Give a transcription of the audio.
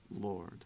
Lord